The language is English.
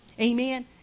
amen